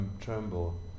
tremble